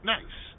Nice